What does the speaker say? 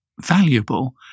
valuable